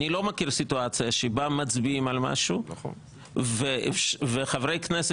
אני לא מכיר סיטואציה שבה מצביעים על משהו וחברי כנסת